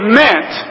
meant